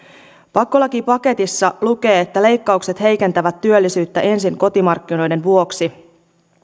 pakkolakipaketissa lukee että leikkaukset heikentävät työllisyyttä ensin kotimarkkinoiden vuoksi ja